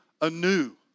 anew